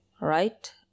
right